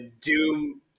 doom